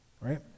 Right